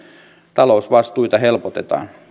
talousvastuita helpotetaan